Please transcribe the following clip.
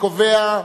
רוברט טיבייב,